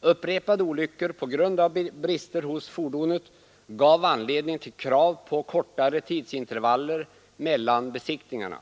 Upprepade olyckor på grund av brister hos fordonen gav anledning till krav på kortare tidsintervaller mellan besiktningarna.